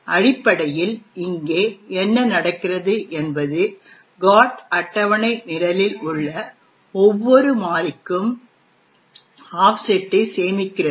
எனவே அடிப்படையில் இங்கே என்ன நடக்கிறது என்பது GOT அட்டவணை நிரலில் உள்ள ஒவ்வொரு மாறிக்கும் ஆஃப்செட்டை சேமிக்கிறது